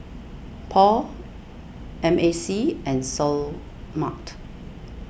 Paul M A C and Seoul Mart